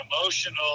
emotional